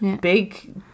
big